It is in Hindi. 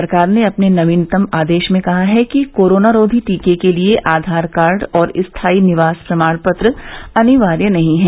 सरकार ने अपने नवीनतम आदेश में कहा है कि कोरोनारोधी टीके के लिए आधार कार्ड और स्थाई निवास प्रमाणपत्र अनिवार्य नहीं है